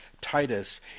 Titus